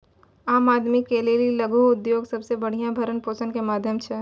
आम आदमी के लेली लघु उद्योग सबसे बढ़िया भरण पोषण के माध्यम छै